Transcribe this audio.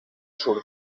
sur